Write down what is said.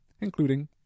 Including